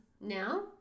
now